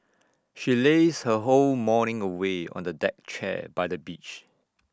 she lazed her whole morning away on the deck chair by the beach